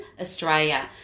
australia